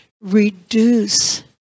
reduce